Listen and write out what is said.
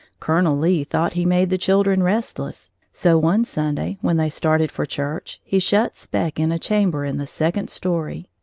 colonel lee thought he made the children restless, so one sunday, when they started for church, he shut spec in a chamber in the second story.